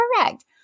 correct